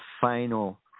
final